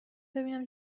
ببینم